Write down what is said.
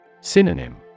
Synonym